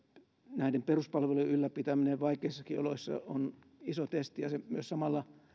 näiden peruspalvelujen ylläpitäminen vaikeissakin oloissa on iso testi ja se myös samalla